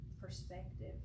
perspective